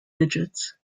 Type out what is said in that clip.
digits